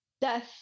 death